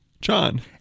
John